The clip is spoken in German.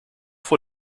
vor